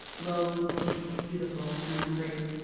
low, deep, beautiful, and unafraid.